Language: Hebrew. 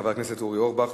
חבר הכנסת אורי אורבך,